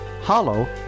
Hollow